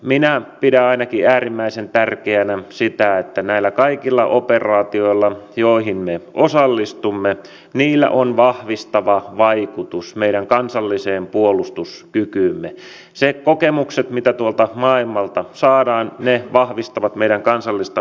minä ainakin pidän äärimmäisen tärkeänä sitä että näillä kaikilla operaatioilla joihin me osallistumme on vahvistava vaikutus meidän kansalliseen puolustuskykyymme ne kokemukset mitä tuolta maailmalta saadaan vahvistavat meidän kansallista puolustuskykyämme